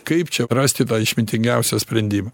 kaip čia rasti tą išmintingiausią sprendimą